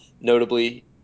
notably